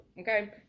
okay